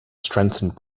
strengthened